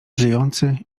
żyjący